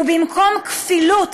במקום כפילות